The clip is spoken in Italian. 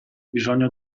bisogno